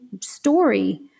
story